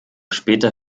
später